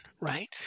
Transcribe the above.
Right